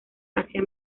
asia